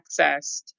accessed